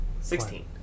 sixteen